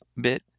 bit